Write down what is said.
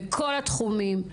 בכל התחומים.